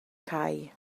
cae